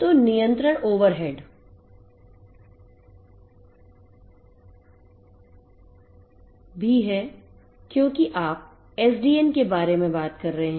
तो नियंत्रण ओवरहेड भी है क्योंकि आप SDN के बारे में बात कर रहे हैं